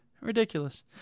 Ridiculous